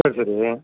சரி சரி